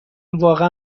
واقعا